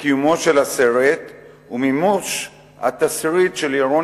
לקיומו של הסרט ולמימוש התסריט של ירון